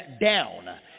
down